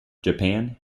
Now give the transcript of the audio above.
japan